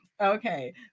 Okay